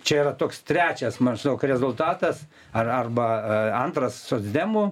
čia yra toks trečias maždaug rezultatas ar arba a antras socdemų